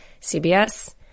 CBS